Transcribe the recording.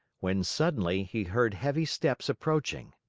when suddenly he heard heavy steps approaching.